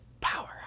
power